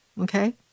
okay